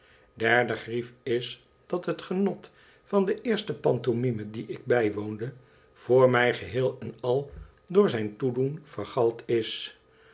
derde grief is dat het genot van de eerste pantomime die ik bijwoonde voor mij geheel en al door zijn toedoen vergald is